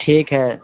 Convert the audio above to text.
ٹھیک ہے